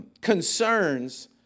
Concerns